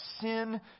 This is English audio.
sin